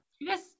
yes